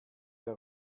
der